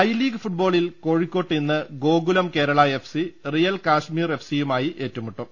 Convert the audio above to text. I League ഫുട്ബോളിൽ കോഴിക്കോട്ട് ഇന്ന് ഗോകുലം കേരള എഫ്സി റിയൽ കശ്മീർ എഫ്സിയുമായി ഏറ്റുമുട്ടും